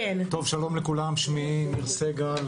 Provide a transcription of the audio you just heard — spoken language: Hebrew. טוב, שלום לכולם, שמי ניר סגל,